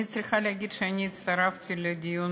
אני צריכה להגיד שאני הצטרפתי לדיון